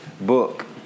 book